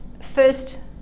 first